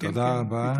תודה רבה.